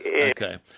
Okay